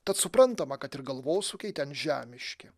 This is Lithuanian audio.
tad suprantama kad ir galvosūkiai ten žemiški